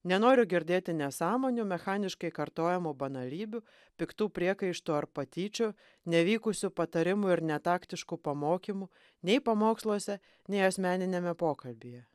nenoriu girdėti nesąmonių mechaniškai kartojamų banalybių piktų priekaištų ar patyčių nevykusių patarimų ir netaktiškų pamokymų nei pamoksluose nei asmeniniame pokalbyje